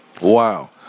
Wow